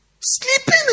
Sleeping